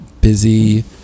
busy